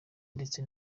ndetse